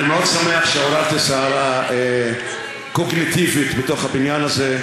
אני מאוד שמח שעוררתי סערה קוגניטיבית בתוך הבניין הזה,